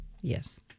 Yes